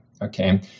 Okay